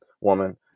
woman